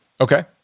Okay